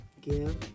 give